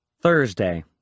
Thursday